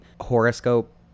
horoscope